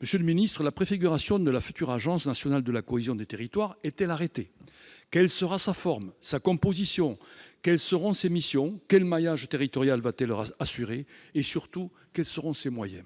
Monsieur le ministre, la préfiguration de la future agence nationale de la cohésion des territoires est-elle arrêtée ? Quelle forme aura cette structure ? Quelle sera sa composition ? Quelles seront ses missions ? Quel maillage territorial assurera-t-elle ? Surtout, quels seront ses moyens ?